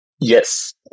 Yes